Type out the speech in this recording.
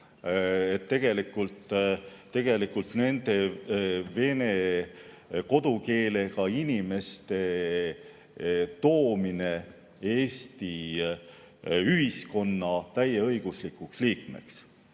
on] tegelikult vene kodukeelega inimeste toomine Eesti ühiskonna täieõiguslikuks liikmeks.